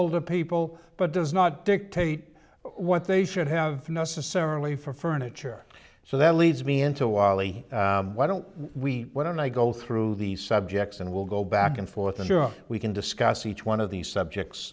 boulder people but does not dictate what they should have necessarily for furniture so that leads me into wiley why don't we why don't i go through the subjects and we'll go back and forth ensure we can discuss each one of these subjects